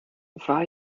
war